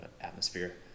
atmosphere